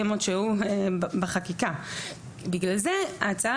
הצוותים שעובדים כאן מאחורי הקלעים על מנת שהעסק הזה